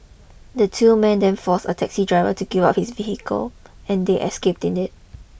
the two men then force a taxi driver to give up his vehicle and they escaped in it